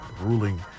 ruling